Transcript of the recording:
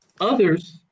Others